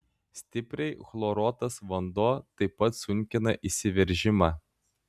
stipriai chloruotas vanduo taip pat sunkina įsiveržimą